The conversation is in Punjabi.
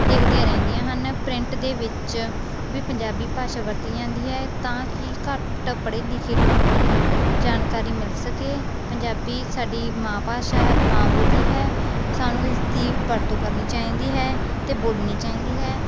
ਦੇਖਦੀਆਂ ਰਹਿੰਦੀਆਂ ਹਨ ਪ੍ਰਿੰਟ ਦੇ ਵਿੱਚ ਵੀ ਪੰਜਾਬੀ ਭਾਸ਼ਾ ਵਰਤੀ ਜਾਂਦੀ ਹੈ ਤਾਂ ਕਿ ਘੱਟ ਪੜ੍ਹੇ ਲਿਖੇ ਲੋਕਾਂ ਨੂੰ ਜਾਣਕਾਰੀ ਮਿਲ ਸਕੇ ਪੰਜਾਬੀ ਸਾਡੀ ਮਾਂ ਭਾਸ਼ਾ ਹੈ ਮਾਂ ਬੋਲੀ ਹੈ ਸਾਨੂੰ ਇਸ ਦੀ ਵਰਤੋਂ ਕਰਨੀ ਚਾਹੀਦੀ ਹੈ ਅਤੇ ਬੋਲਣੀ ਚਾਹੀਦੀ ਹੈ